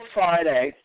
Friday